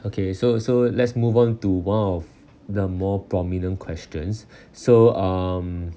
okay so so let's move on to one of the more prominent questions so um